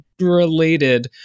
related